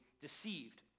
deceived